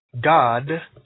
God